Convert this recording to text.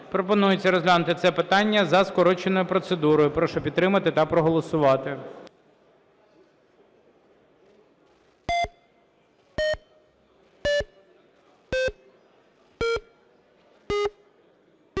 Пропонується розглянути це питання за скороченою процедурою. Прошу підтримати та проголосувати.